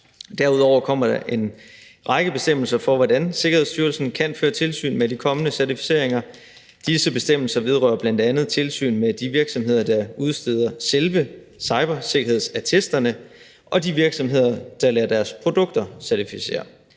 Derudover kommer der en række bestemmelser for, hvordan Sikkerhedsstyrelsen kan føre tilsyn med de kommende certificeringer. Disse bestemmelser vedrører bl.a. tilsyn med de virksomheder, der udsteder selve cybersikkerhedsattesterne, og de virksomheder, der lader deres produkter certificere.